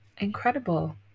incredible